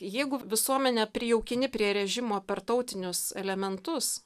jeigu visuomenę prijaukini prie režimo per tautinius elementus